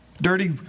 dirty